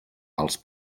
als